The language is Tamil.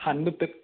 ஹன்பத்து